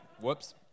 Whoops